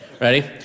Ready